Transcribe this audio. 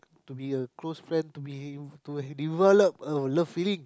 to be a close friend to be to to develop a love feeling